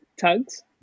tugs